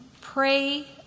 Pray